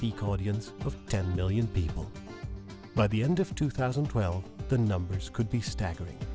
peak audience of ten million people by the end of two thousand and twelve the numbers could be staggering